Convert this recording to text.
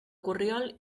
corriol